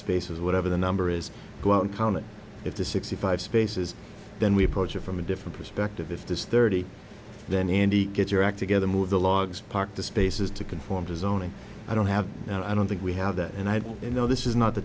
spaces whatever the number is go out and count it if the sixty five spaces then we approach it from a different perspective if there's thirty then andy get your act together move the logs park the spaces to conform to zoning i don't have and i don't think we have that and i don't you know this is not the